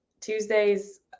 Tuesdays